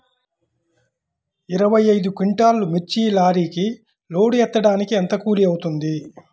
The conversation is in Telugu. ఇరవై ఐదు క్వింటాల్లు మిర్చి లారీకి లోడ్ ఎత్తడానికి ఎంత కూలి అవుతుంది?